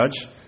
judge